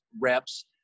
reps